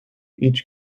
each